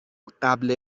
قبل